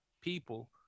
people